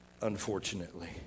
unfortunately